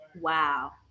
Wow